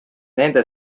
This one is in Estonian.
nende